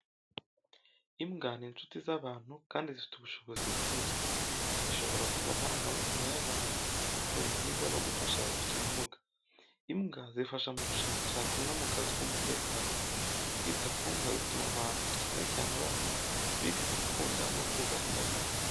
Imbwa ni inshuti z’abantu kandi zifite ubushobozi bwinshi. Zishobora kumva amarangamutima y’abantu, kurinda ingo no gufasha abafite ubumuga. Imbwa zifasha mu bushakashatsi no mu kazi k’umutekano. Kwita ku mbwa bituma abantu cyane cyane abana, biga gukunda no kubaha inyamanswa.